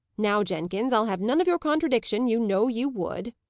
now, jenkins, i'll have none of your contradiction! you know you would.